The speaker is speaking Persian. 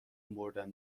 مردن